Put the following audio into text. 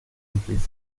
empresa